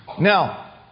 Now